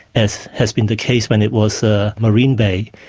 as has been the case when it was ah marine bay.